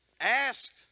Ask